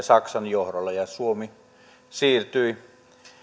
saksan johdolla ja suomi siirtyi